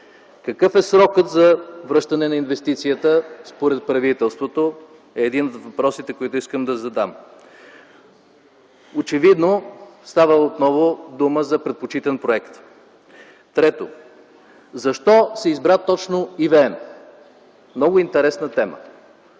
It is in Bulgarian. Какъв е срокът за връщане на инвестицията според правителството е един от въпросите, който искам да задам. Очевидно отново става дума за предпочитан проект. Трето, защо се избра точно ЕВН? Много интересна тема.